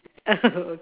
oh